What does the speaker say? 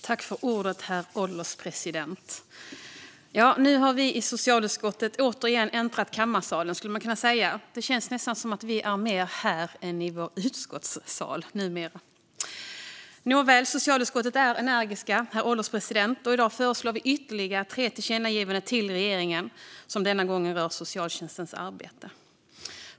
Herr ålderspresident! Nu har vi i socialutskottet återigen äntrat kammarsalen. Det känns nästan som att vi är mer här än i vår utskottssal numera. Socialutskottet är energiskt, herr ålderspresident. I dag föreslår vi ytterligare tre tillkännagivanden till regeringen som denna gång rör socialtjänstens arbete.